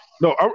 no